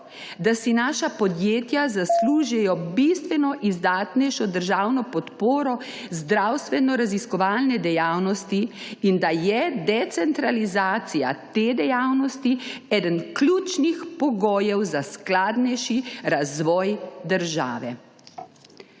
da si naša podjetja zaslužijo bistveno izdatnejšo državno podporo znanstvenoraziskovalne dejavnosti in da je decentralizacija te dejavnosti eden ključnih pogojev za skladnejši razvoj države.«